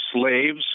slaves